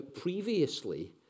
previously